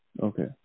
Okay